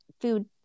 food